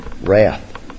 wrath